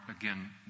again